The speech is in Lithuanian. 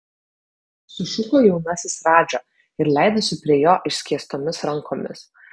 sušuko jaunasis radža ir leidosi prie jo išskėstomis rankomis